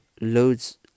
loads